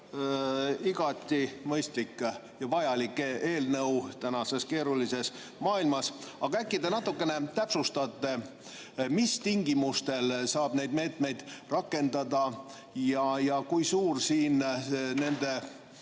Igati mõistlik ja vajalik eelnõu tänases keerulises maailmas. Aga äkki te natukene täpsustate, mis tingimustel saab neid meetmeid rakendada ja kui suur on nende